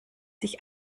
sich